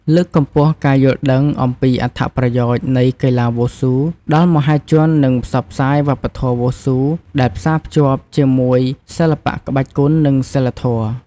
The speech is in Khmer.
លើកកម្ពស់ការយល់ដឹងអំពីអត្ថប្រយោជន៍នៃកីឡាវ៉ូស៊ូដល់មហាជននឹងផ្សព្វផ្សាយវប្បធម៌វ៉ូស៊ូដែលផ្សារភ្ជាប់ជាមួយសិល្បៈក្បាច់គុន និងសីលធម៌។